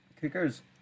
kickers